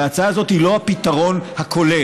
וההצעה הזאת היא לא הפתרון הכולל,